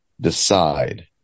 decide